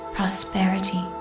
prosperity